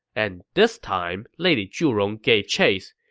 and this time, lady zhurong gave chase,